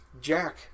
Jack